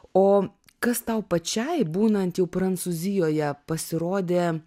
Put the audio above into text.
o kas tau pačiai būnant jau prancūzijoje pasirodė